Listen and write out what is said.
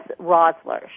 Rosler